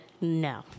no